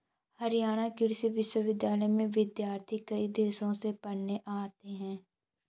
हरियाणा कृषि विश्वविद्यालय में विद्यार्थी कई देशों से पढ़ने आते हैं